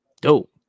Dope